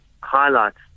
highlights